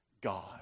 God